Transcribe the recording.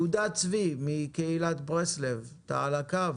יהודה צבי מקהילת ברסלב, אתה על הקו?